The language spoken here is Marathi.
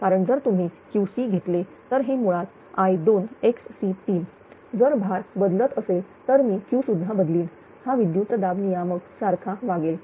कारण जर तुम्ही QC3 घेतले तर हे मुळातI2 xC3 जर भार बदलत असेल तर मी Q सुद्धा बदलीन हा विद्युत दाब नियामक सारखा वागेल